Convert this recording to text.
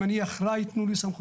אם אני אחראי, תנו לי סמכויות.